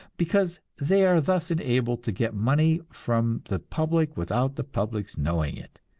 because they are thus enabled to get money from the public without the public's knowing it.